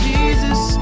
Jesus